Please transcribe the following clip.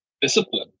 discipline